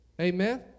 Amen